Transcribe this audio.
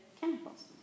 chemicals